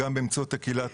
וגם באמצעות הקהילה התומכת,